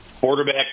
quarterback